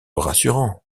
rassurant